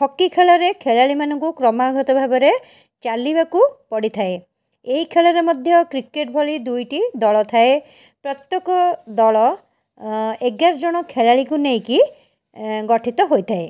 hockey ଖେଳରେ ଖେଳାଳି ମାନଙ୍କୁ କ୍ରମାଗତ ଭାବରେ ଚାଲିବାକୁ ପଡ଼ିଥାଏ ଏହି ଖେଳରେ ମଧ୍ୟ କ୍ରିକେଟ ଭଳି ଦୁଇଟି ଦଳଥାଏ ପ୍ରତ୍ୟେକ ଦଳ ଅଁ ଏଗାର ଜଣ ଖେଳାଳିଙ୍କୁ ନେଇକି ଏଁ ଗଠିତ ହୋଇଥାଏ